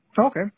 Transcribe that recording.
Okay